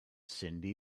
cyndi